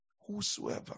whosoever